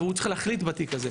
הוא צריך להחליט בתיק הזה.